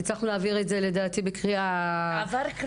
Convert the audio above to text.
הצלחנו להעביר את זה, לדעתי, בקריאה ראשונה.